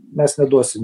mes neduosim